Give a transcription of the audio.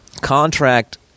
Contract